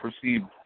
perceived